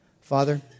Father